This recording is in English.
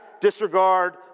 disregard